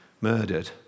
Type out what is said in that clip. murdered